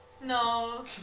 No